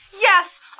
Yes